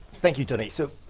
thank you tony. so,